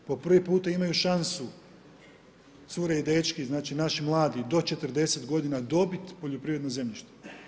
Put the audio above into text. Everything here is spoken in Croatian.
Po prvi puta imaju šansu, cure i dečki, znači naši mladi do 40 g. dobiti poljoprivredno zemljište.